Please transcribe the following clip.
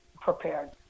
prepared